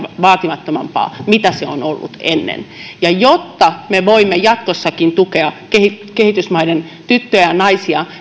vaatimattomampaa kuin mitä se on ollut ennen kysynkin kehitysministeriltä aiotteko te lisätä rahaa kehitysyhteistyöhön jotta me voimme jatkossakin tukea kehitysmaiden tyttöjä ja naisia